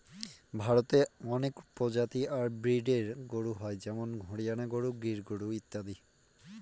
ভারতে অনেক প্রজাতি আর ব্রিডের গরু হয় যেমন হরিয়ানা গরু, গির গরু ইত্যাদি